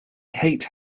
hate